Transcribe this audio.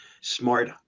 smart